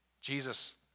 Jesus